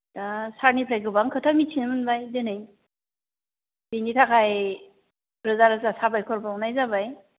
दा सारनिफ्राय गोबां खोथा मिथिनो मोनबाय दिनै बिनि थाखाय रोजा रोजा साबायखर बाउनाय जाबाय